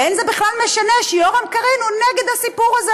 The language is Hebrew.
וזה בכלל לא משנה שיורם קרין הוא נגד הסיפור הזה.